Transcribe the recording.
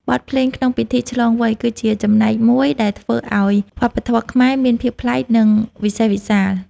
បទភ្លេងក្នុងពិធីឆ្លងវ័យ គឺជាចំណែកមួយដែលធ្វើឱ្យវប្បធម៌ខ្មែរមានភាពប្លែក និងវិសេសវិសាល។